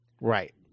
Right